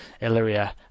illyria